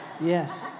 Yes